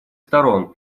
сторон